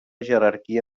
jerarquia